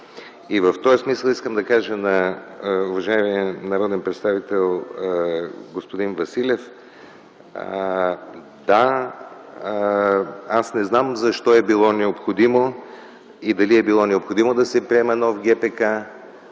на закона. Искам да кажа на уважаемия народен представител господин Василев: да, аз не знам защо е било необходимо и дали е било необходимо да се приема нов ГПК,